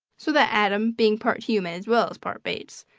so that adam being part human as well as part bates,